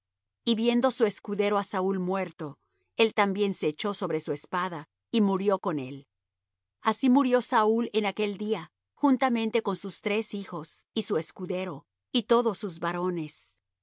y viendo su escudero á saúl muerto él también se echó sobre su espada y murió con él así murió saúl en aquel día juntamente con sus tres hijos y su escudero y todos sus varones